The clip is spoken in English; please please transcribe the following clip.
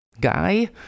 guy